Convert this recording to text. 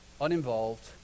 Uninvolved